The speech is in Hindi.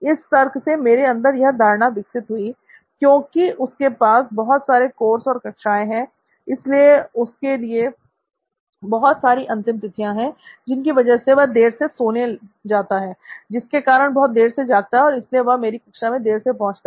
इस तर्क से मेरे अंदर यह धारणा विकसित हुई क्योंकि उसके पास बहुत सारे कोर्स और कक्षाएं हैं इसलिए उसके लिए बहुत सारी अंतिम तिथियां हैं जिनकी वजह से वह देर से सोने जाता है जिसके कारण बहुत देर से जागता है और इसलिए वह मेरी कक्षा में देर से पहुँचता है